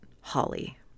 holly